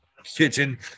Kitchen